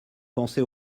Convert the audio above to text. penser